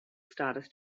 status